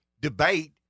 debate